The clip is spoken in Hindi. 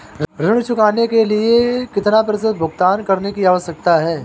ऋण चुकाने के लिए कितना प्रतिशत भुगतान करने की आवश्यकता है?